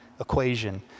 equation